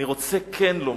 אני רוצה כן לומר,